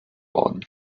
worden